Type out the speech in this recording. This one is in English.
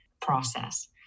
process